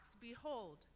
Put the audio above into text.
Behold